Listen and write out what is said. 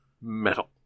Metal